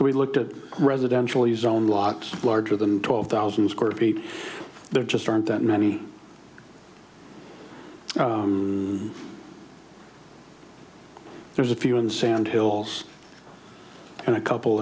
so we looked at residential use on lot larger than twelve thousand square feet there just aren't that many and there's a few on the sand hills and a couple